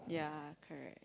yeah correct`